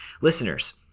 Listeners